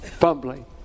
fumbling